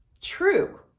true